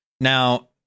Now